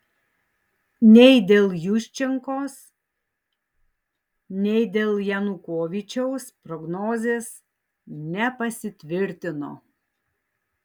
nei dėl juščenkos nei dėl janukovyčiaus prognozės nepasitvirtino